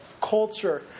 culture